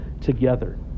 together